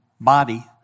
body